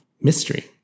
mystery